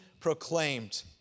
proclaimed